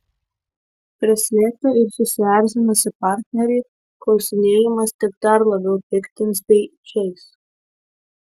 prislėgtą ir susierzinusį partnerį klausinėjimas tik dar labiau piktins bei žeis